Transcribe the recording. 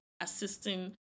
assisting